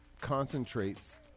concentrates